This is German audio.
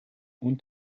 und